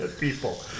people